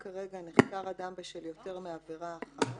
"נחקר אדם בשל יותר מעירה אחת